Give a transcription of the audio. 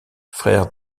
frère